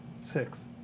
Six